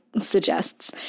suggests